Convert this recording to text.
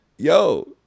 Yo